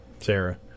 Sarah